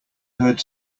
heard